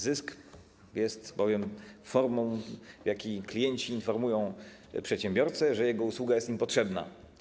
Zysk jest bowiem formą, w jakiej klienci informują przedsiębiorcę, że jego usługa jest im potrzebna.